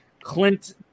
Clint